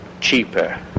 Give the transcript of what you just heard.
cheaper